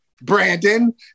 Brandon